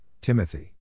Timothy